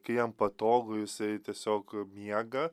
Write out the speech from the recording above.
kai jam patogu jisai tiesiog miega